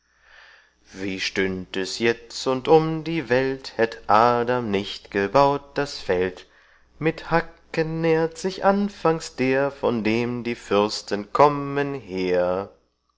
wie stünd es jetzund um die welt hätt adam nicht gebaut das feld mit hacken nährt sich anfangs der von dem die fürsten kommen her